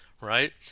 right